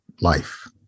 life